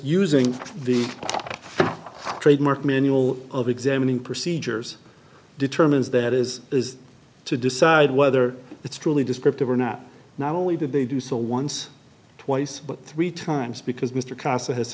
using the trademark manual of examining procedures determines that is is to decide whether it's truly descriptive or not not only did they do so once twice but three times because mr c